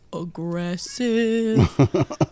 aggressive